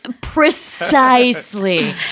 Precisely